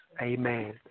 Amen